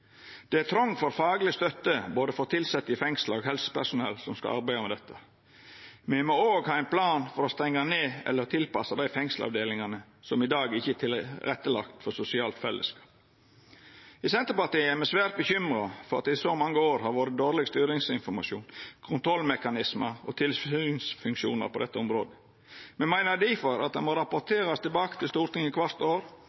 Det er trong for fagleg støtte for både tilsette i fengsla og helsepersonell som skal arbeida med dette. Me må òg ha ein plan for å stengja ned eller tilpassa dei fengselsavdelingane som i dag ikkje er lagde til rette for sosialt fellesskap. I Senterpartiet er me svært bekymra for at det i så mange år har vore dårleg styringsinformasjon, kontrollmekanismar og tilsynsfunksjonar på dette området. Me meiner difor det må rapporterast tilbake til Stortinget kvart år